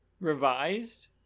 Revised